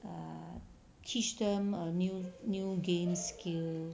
err teach them a new new game skill